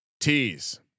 Tease